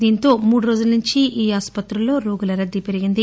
దీంతో మూడురోజుల నుంచి ఈ ఆస్పత్రుల్లో రోగుల రద్దీ పెరిగింది